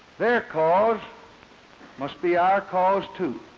their cause must be our cause too.